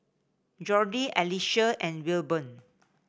Jordi Alicia and Wilburn